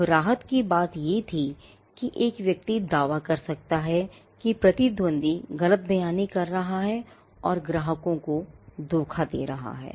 अबराहत की बात है कि एक व्यक्ति दावा कर सकता है कि प्रतिद्वंदी गलत बयानी कर रहा था और ग्राहकों को धोखा दे रहा था